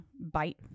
bite